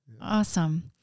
Awesome